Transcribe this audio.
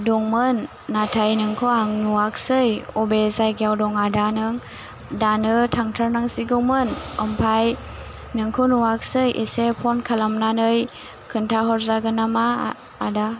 दंमोन नाथाय नोंखौ आं नुवाखसै अबे जायगायाव दं आदा नों दानो थांथारनांसिगौमोन आमफाय नोंखौ नुवाखसै एसे फन खालामनानै खोन्थाहरजागोन नामा आदा